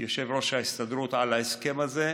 ההסכם הזה.